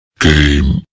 Game